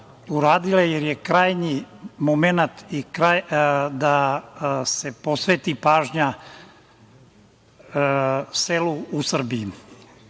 jer je krajnji momenat da se posveti pažnja selu u Srbiji.